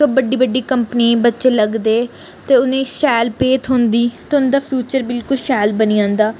बड्डी बड्डी कम्पनियें बच्चे लगदे ते उ'नेंगी शैल पेऽ थ्होंदी ते उं'दा फ्यूचर बिलकुल शैल बनी जंदा